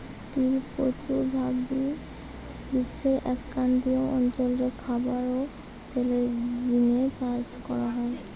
তিল প্রচুর ভাবি বিশ্বের ক্রান্তীয় অঞ্চল রে খাবার ও তেলের জিনে চাষ করা হয়